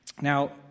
Now